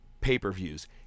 Pay-per-views